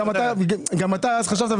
גם אתה אז חשבת,